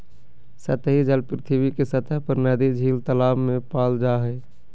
सतही जल पृथ्वी के सतह पर नदी, झील, तालाब में पाल जा हइ